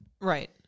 Right